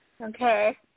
Okay